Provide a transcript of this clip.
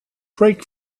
brake